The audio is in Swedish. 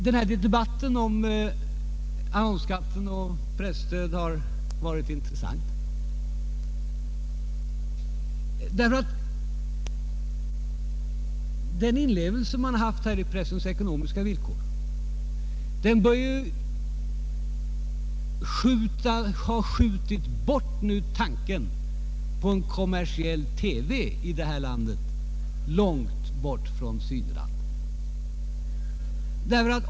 Men denna debatt om annonsskatten och presstödet har varit intressant, ty den inlevelse i pressens ekonomiska villkor som man ådagalagt bör ju ha skjutit tanken på en kommersiell television i detta land långt bort från tidningssidorna.